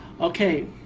Okay